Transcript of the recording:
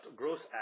gross